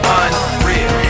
unreal